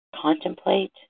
contemplate